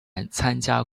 参加